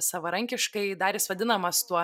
savarankiškai dar jis vadinamas tuo